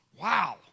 wow